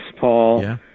Paul